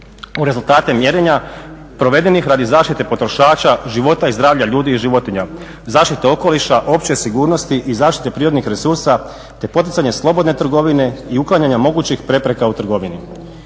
u rezultate mjerenja provedenih radi zaštite potrošača, života i zdravlja ljudi i životinja, zaštite okoliša, opće sigurnosti i zaštite prirodnih resursa te poticanje slobodne trgovine i uklanjanja mogućih prepreka u trgovini.